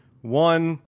One